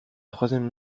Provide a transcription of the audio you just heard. troisième